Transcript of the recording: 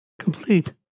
Complete